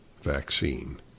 vaccine